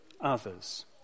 others